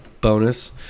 bonus